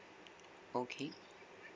okay